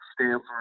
Stanford